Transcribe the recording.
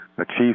achieve